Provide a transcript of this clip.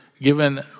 given